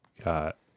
got